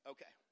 Okay